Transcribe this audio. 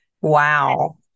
Wow